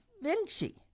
Vinci